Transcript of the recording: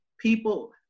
people